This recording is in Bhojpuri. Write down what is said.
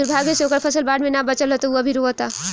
दुर्भाग्य से ओकर फसल बाढ़ में ना बाचल ह त उ अभी रोओता